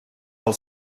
pel